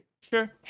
sure